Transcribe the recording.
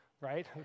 right